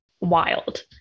wild